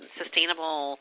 sustainable